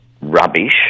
rubbish